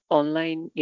online